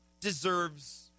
deserves